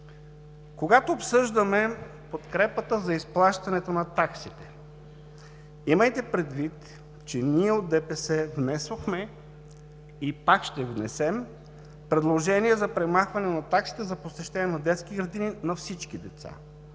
когато обсъждаме подкрепата за изплащането на таксите, имайте предвид, че ние от „Движението за права и свободи“ внесохме, и пак ще внесем, предложение за премахване на таксите за посещение на детските градини на всички деца,